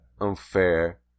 unfair